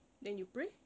then you pray